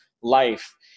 life